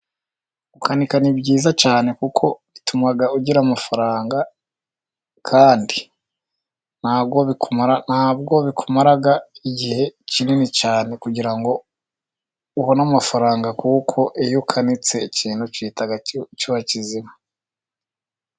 Gukanika ni byiza cyane， kuko bituma ugira amafaranga，kandi ntabwo bikumara igihe kinini cyane kugira ngo ubone amafaranga， kuko iyo ukanitse ikintu， gihita kiba kizima.